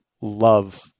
love